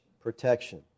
Protection